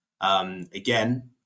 Again